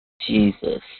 Jesus